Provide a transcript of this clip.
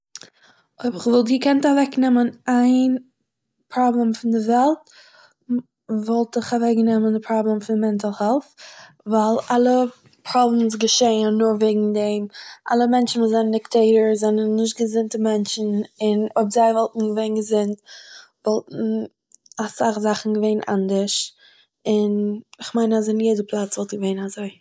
אויב איך וואלט געקענט אוועקנעמען איין פראבלעם פון דער וועלט, וואלט איך אוועקגענעמען די פראבלעם פון מענטל העלט', ווייל אלע פראבלעמ'ס געשען נאר וועגן דעם, אלע מענטשן וואס זענען דיקטעיטארס זענען נישט געזונטע מענטשן, און אויב זיי וואלטן געווען געזונט וואלטן אסאך זאכן געווען אנדערש און, איך מיין אז אין יעדע פלאץ וואלט געווען אזוי